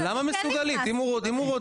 למה מסוגלות, אם הוא רוצה?